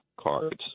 cards